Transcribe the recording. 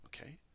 Okay